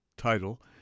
title